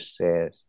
says